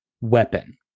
weapon